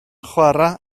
chwarae